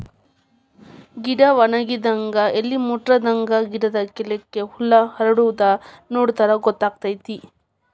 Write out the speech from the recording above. ಗಿಡಾ ವನಗಿದಂಗ ಎಲಿ ಮುಟ್ರಾದಂಗ ಗಿಡದ ಕೆಳ್ಗ ಹುಳಾ ಹಾರಾಡುದ ನೋಡಿರ ಗೊತ್ತಕೈತಿ